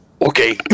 okay